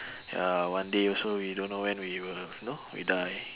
ya one day also we don't know when we will you know we die